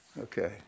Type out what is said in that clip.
Okay